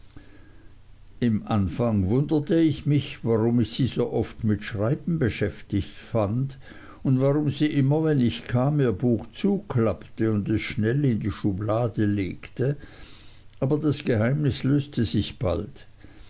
im anfang wunderte ich mich warum ich sie so oft mit schreiben beschäftigt fand und warum sie immer wenn ich kam ihr buch zuklappte und es schnell in die schublade legte aber das geheimnis löste sich bald